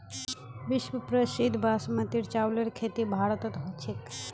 विश्व प्रसिद्ध बासमतीर चावलेर खेती भारतत ह छेक